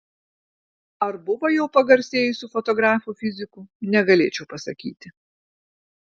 ar buvo jau pagarsėjusių fotografų fizikų negalėčiau pasakyti